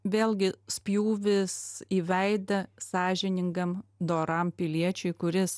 vėlgi spjūvis į veidą sąžiningam doram piliečiui kuris